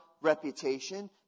reputation